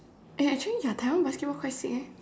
eh actually ya Taiwan basketball quite sick eh